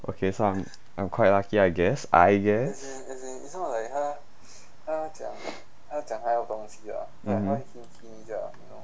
okay so I'm I'm quite lucky I guess I guess